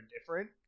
different